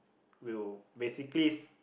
will basically s~